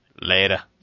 Later